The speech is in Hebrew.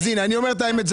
אז הנה אני אומר את האמת.